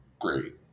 great